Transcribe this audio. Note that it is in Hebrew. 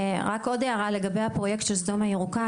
רק עוד הערה לגבי הפרויקט של סדום הירוקה,